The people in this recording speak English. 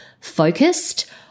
focused